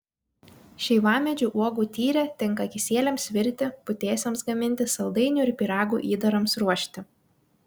šeivamedžių uogų tyrė tinka kisieliams virti putėsiams gaminti saldainių ir pyragų įdarams ruošti